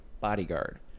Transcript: bodyguard